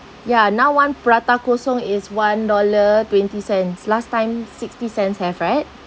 ya now one prata kosong is one dollar twenty cents last time sixty cents have right